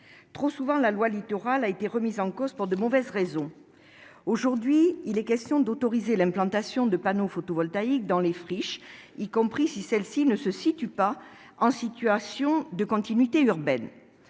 Trop souvent, la loi Littoral a été remise en cause pour de mauvaises raisons. Aujourd'hui, il est question d'autoriser l'implantation de panneaux photovoltaïques dans les friches, y compris si celles-ci ne se trouvent pas en situation de continuité urbaine.